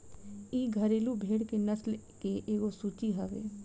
इ घरेलु भेड़ के नस्ल के एगो सूची हवे